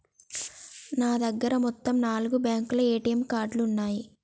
నా దగ్గర మొత్తం నాలుగు బ్యేంకుల ఏటీఎం కార్డులున్నయ్యి